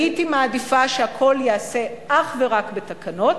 הייתי מעדיפה שהכול ייעשה אך ורק בתקנות,